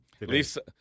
Lisa